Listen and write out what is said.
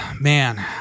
man